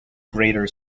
greater